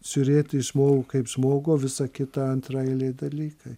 žiūrėti į žmogų kaip žmogų o visa kita antraeiliai dalykai